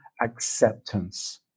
acceptance